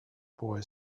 boy